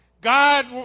God